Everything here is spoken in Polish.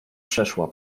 przeszła